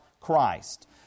Christ